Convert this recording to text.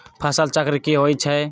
फसल चक्र की होई छै?